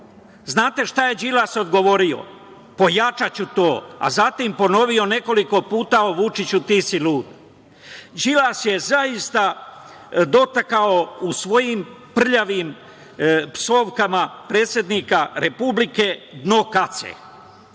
znate šta je Đilas odgovorio? Pojačaću to, a zatim ponovio nekoliko puta - Vučiću, ti si lud. Đilas je zaista dotakao u svojim prljavim psovkama predsednika Republike dno kace.